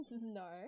No